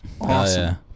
awesome